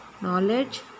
knowledge